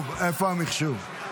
איפה המחשוב?